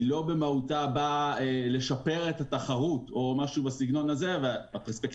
במהותה היא לא באה לשפר את התחרות או משהו בסגנון הזה והפרספקטיבה